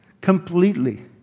completely